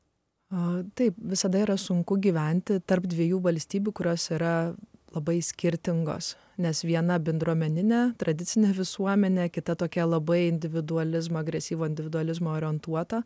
a taip visada yra sunku gyventi tarp dviejų valstybių kurios yra labai skirtingos nes viena bendruomeninę tradicinę visuomenę kita tokia labai individualizmą agresyvų individualizmą orientuotą